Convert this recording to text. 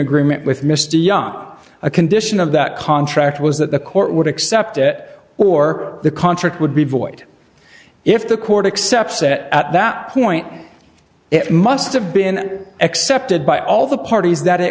agreement with mr yup a condition of that contract was that the court would accept it or the contract would be void if the court accept set at that point it must have been accepted by all the parties that it